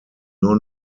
nur